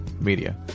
media